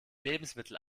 lebensmittel